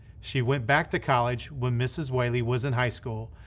she went back to college when mrs. whaley was in high school,